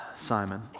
Simon